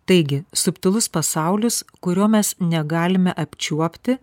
taigi subtilus pasaulis kurio mes negalime apčiuopti